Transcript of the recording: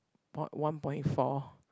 part one point four